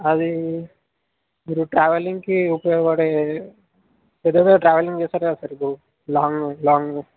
అది మీరు ట్రావలింగ్కి ఉపయోగపడే పెద్ద పెద్ద ట్రావలింగ్ చేస్తారు కదా సార్ లాంగ్ లాంగ్